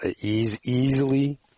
easily